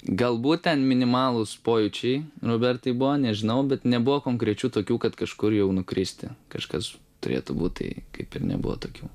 galbūt ten minimalūs pojūčiai robertai buvo nežinau bet nebuvo konkrečių tokių kad kažkur jau nukristi kažkas turėtų būt tai kaip ir nebuvo tokių